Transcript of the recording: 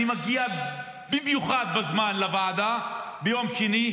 אני מגיע במיוחד בזמן לוועדה ביום שני,